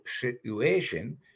situation